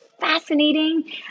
fascinating